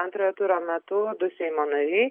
antrojo turo metu du seimo nariai